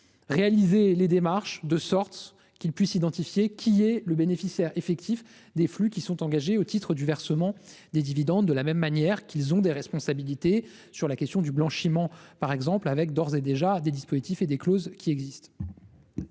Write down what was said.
réaliser les démarches permettant d'identifier le bénéficiaire effectif des flux qui sont engagés au titre du versement des dividendes, de la même manière qu'ils ont des responsabilités sur la question du blanchiment par exemple, avec des dispositifs et des clauses qui existent